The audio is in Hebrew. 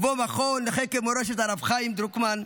ובו מכון לחקר מורשת הרב חיים דרוקמן,